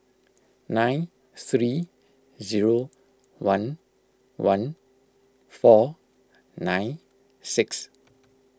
nine three zero one one four nine six